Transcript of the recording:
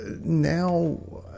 now